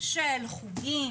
של חוגים,